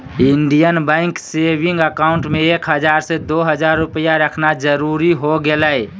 Indian Bank saving account में एक हजार से दो हजार रुपया रखना जरूरी हो गेलय